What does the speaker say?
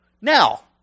Now